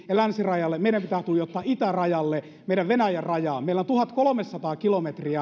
ja länsirajalle meidän pitää tuijottaa itärajalle meidän venäjän rajaamme meillä suomella on tuhatkolmesataa kilometriä